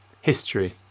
history